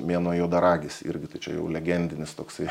mėnuo juodaragis irgi tai čia jau legendinis toksai